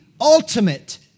ultimate